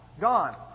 gone